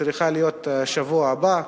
שצריכה להיות בשבוע הבא.